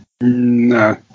No